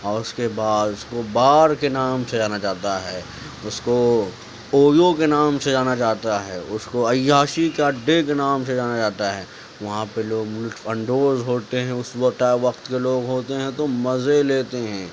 اور اس کے بعد اس کو بار کے نام سے جانا جاتا ہے اس کو اویو کے نام سے جانا جاتا ہے اس کو عیاشی کے اڈے کے نام سے جانا جاتا ہے وہاں پہ لوگ لطف اندوز ہوتے ہیں اس وقت کے لوگ ہوتے ہیں تو مزے لیتے ہیں